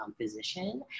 physician